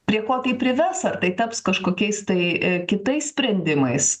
prie ko tai prives ar tai taps kažkokiais tai kitais sprendimais